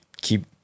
keep